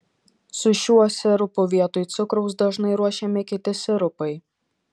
su šiuo sirupu vietoj cukraus dažnai ruošiami kiti sirupai